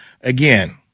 again